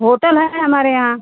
hotel है हमारे यहाँ